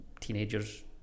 teenagers